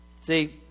See